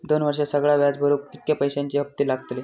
दोन वर्षात सगळा व्याज भरुक कितक्या पैश्यांचे हप्ते लागतले?